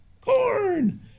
Corn